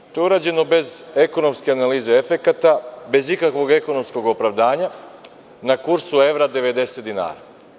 Sada, to je urađeno bez ekonomske analize efekata, bez ikakvog ekonomskog opravdanja, na kursu evra 90 dinara.